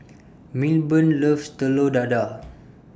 Milburn loves Telur Dadah